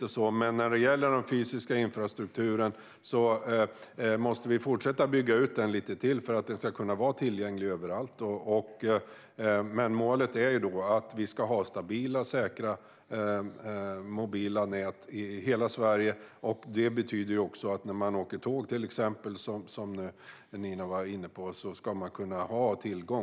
Men vi måste fortsätta att bygga ut den fysiska infrastrukturen lite till för att den ska vara tillgänglig överallt. Målet är att vi ska ha stabila och säkra mobila nät i hela Sverige. Det betyder också att man, när man till exempel åker tåg, ska kunna ha tillgång till internetuppkoppling under hela resan.